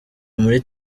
muri